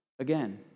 again